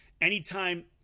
anytime